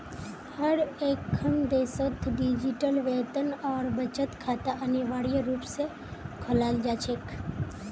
हर एकखन देशत डिजिटल वेतन और बचत खाता अनिवार्य रूप से खोलाल जा छेक